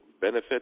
benefit